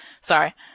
sorry